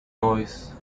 noise